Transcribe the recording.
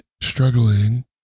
struggling